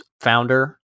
founder